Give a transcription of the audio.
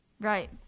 Right